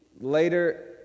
later